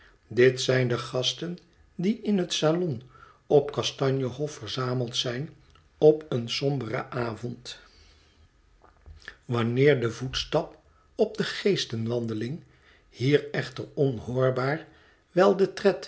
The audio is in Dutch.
dit zijn de gasten die in het salon op kastanje hof verzameld zijn op een somberen avond wanneer de voetstap op de geestenwandeling hier echter onhoorbaar wel de tred